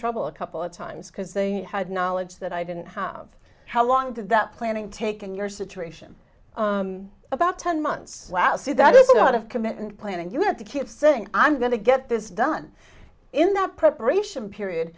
trouble a couple of times because they had knowledge that i didn't have how long did that planning taken your situation about ten months wow so that is a lot of commitment planning you have to keep saying i'm going to get this done in that preparation period